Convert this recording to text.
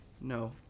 No